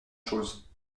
chose